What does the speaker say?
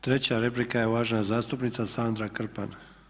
Treća replika, uvažena zastupnica Sandra Krpan.